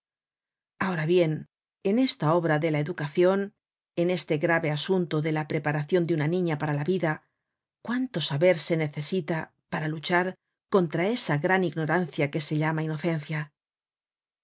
ahora bien en esta obra de la educacion en este grave asunto de la preparacion de una niña para la vida cuánto saber se necesita para luchar contra esa gran ignorancia que se llama inocencia